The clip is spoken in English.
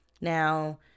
Now